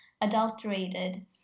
adulterated